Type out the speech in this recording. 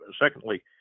secondly